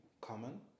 common